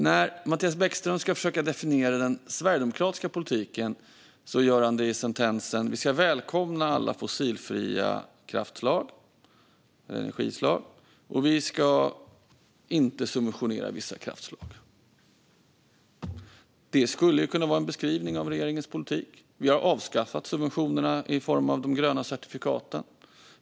När Mattias Bäckström Johansson ska försöka definiera den sverigedemokratiska politiken gör han det i sentensen att vi ska välkomna alla fossilfria energislag och att vi inte ska subventionera vissa energislag. Det skulle ju kunna vara en beskrivning av regeringens politik. Vi har avskaffat subventionerna i form av de gröna certifikaten.